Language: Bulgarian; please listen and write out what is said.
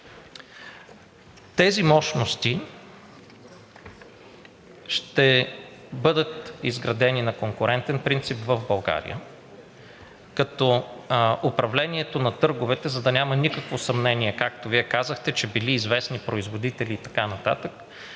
Тези мощности ще бъдат изградени на конкурентен принцип в България, като управлението на търговете, за да няма никакво съмнение, както Вие казахте, че били известни производители и така нататък,